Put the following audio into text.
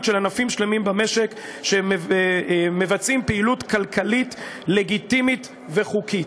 של ענפים שלמים במשק שמבצעים פעילות כלכלית לגיטימית וחוקית.